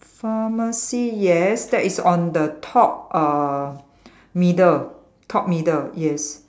pharmacy yes that is on the top uh middle top middle yes